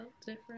different